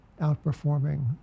outperforming